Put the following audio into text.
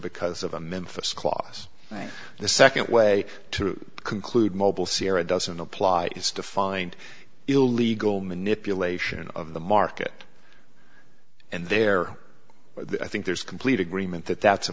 because of a memphis clause right the second way to conclude mobile sierra doesn't apply is to find illegal manipulation of the market and there but i think there's complete agreement that that's a